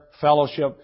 fellowship